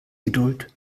geduld